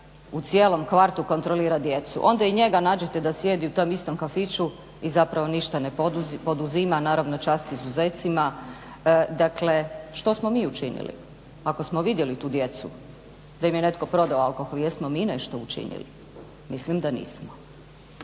u cijelom kvartu kontrolirati djecu. Onda i njega nađete da sjedi u tom istom kafiću i zapravo ništa ne poduzima, naravno čast izuzecima. Dakle, što smo mi učinili ako smo vidjeli tu djecu da im je netko prodao alkohol jesmo mi nešto učinili? Mislim da nismo.